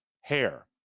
hair